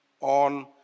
on